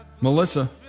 Melissa